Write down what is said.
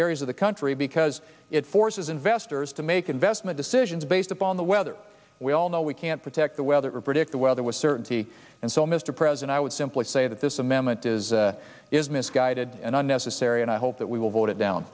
areas of the country because it forces investors to make investment decisions based upon the weather we all know we can't protect the weather or predict the weather was certainty and so mr president i would simply say that this amendment is is misguided and unnecessary and i hope that we will vote it down